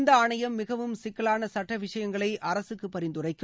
இந்த ஆணையம் மிகவும் சிக்கலான சட்ட விஷயங்களை அரசுக்கு பரிந்துரைக்கும்